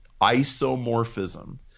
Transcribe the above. isomorphism